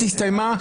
הסתיימה,